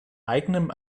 eigenem